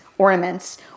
ornaments